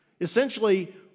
Essentially